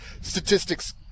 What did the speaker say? statistics